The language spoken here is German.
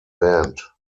band